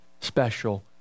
special